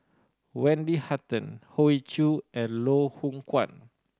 Wendy Hutton Hoey Choo and Loh Hoong Kwan